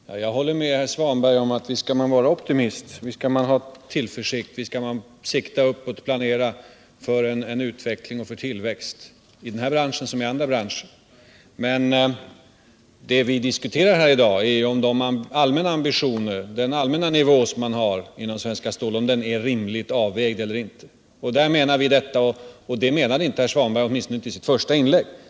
Herr talman! Jag håller med herr Svanberg om att visst skall man vara optimist, visst skall man ha tillförsikt och visst skall man sikta framåt och planera för utveckling och tillväxt i denna bransch som i andra branscher. Men det vi diskuterar här i dag är om de allmänna ambitionerna, den allmänna nivån man har inom Svenskt Stål, är rimligt avvägd eller inte. Det menar vi, men det menar inte herr Svanberg, åtminstone i sitt första inlägg.